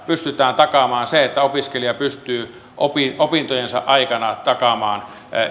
pystytään takaamaan se että opiskelija pystyy opintojensa aikana takaamaan